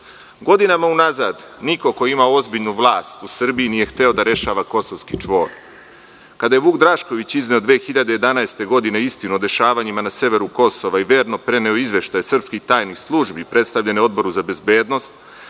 ekspozeu. Godinama unazad niko ko ima ozbiljnu vlast u Srbiji nije hteo da rešava kosovski čvor. Kada je Vuk Drašković izneo 2011. godine istinu o dešavanjima na severu Kosova i verno preneo izveštaj srpskih tajnih službi, predstavljen na Odboru za bezbednost,